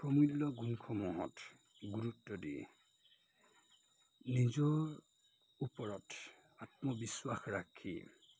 অমূল্য গুণসমূহত গুৰুত্ব দি নিজৰ ওপৰত আত্মবিশ্বাস ৰাখি